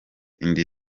indi